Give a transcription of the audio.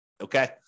Okay